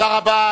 תודה רבה.